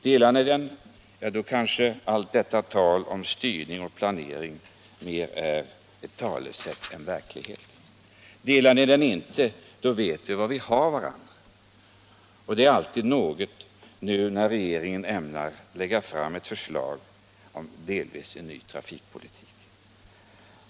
Delar ni den är kanske allt detta tal om styrning och planering mer ett talesätt än verklighet. Delar ni den inte vet vi var vi har varandra, och det är alltid något nu när regeringen ämnar lägga fram ett förslag om en delvis ny trafikpolitik.